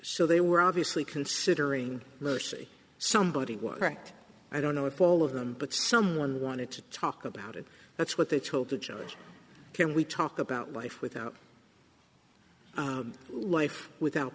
so they were obviously considering mercy somebody was correct i don't know if all of them but someone wanted to talk about it that's what they told the judge can we talk about life without life without